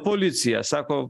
policija sako